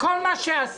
כל מה שעשיתם,